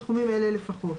בתחומים אלה לפחות: